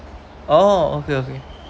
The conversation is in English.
oh okay okay